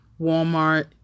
Walmart